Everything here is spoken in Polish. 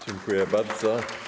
Dziękuję bardzo.